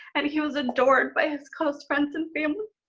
and he was adored by his close friends and family.